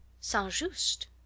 Saint-Just